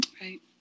right